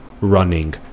running